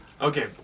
okay